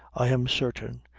i am certain,